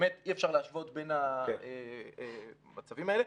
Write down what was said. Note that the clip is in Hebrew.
שבאמת אי אפשר להשוות בין המצבים האלה,